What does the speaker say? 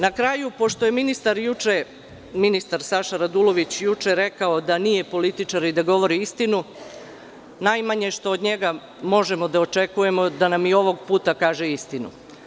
Na kraju, pošto je ministar Saša Radulović juče rekao da nije političar i da govori istinu, najmanje što od njega možemo da očekuje je da nam i ovog puta kaže istinu.